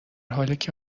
حالیکه